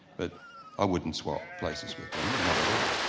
but i wouldn't swap places with them, not at all.